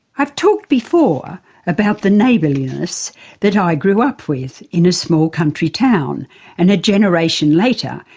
i've talked before about the neighbourliness that ah i grew up with in a small country town and a generation later,